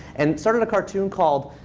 and started a cartoon called,